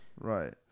Right